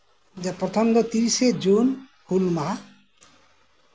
ᱡᱮ ᱯᱨᱚᱛᱷᱚᱢ ᱫᱚ ᱛᱤᱨᱤᱥᱮ ᱡᱩᱱ ᱦᱩᱞ ᱢᱟᱦᱟ